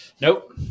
Nope